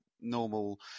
normal